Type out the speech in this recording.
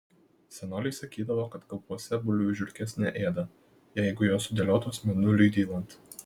senoliai sakydavo kad kaupuose bulvių žiurkės neėda jeigu jos sudėtos mėnuliui dylant